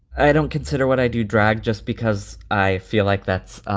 i don't consider what i do drag just because i feel like that's